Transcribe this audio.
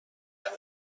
بزند